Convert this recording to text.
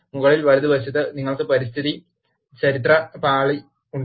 മുകളിൽ വലതുവശത്ത് നിങ്ങൾക്ക് പരിസ്ഥിതി ചരിത്ര പാളി ഉണ്ട്